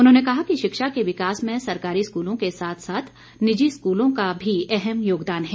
उन्होंने कहा कि शिक्षा के विकास में सरकारी स्कूलों के साथ साथ निजी स्कूलों का भी अहम योगदान है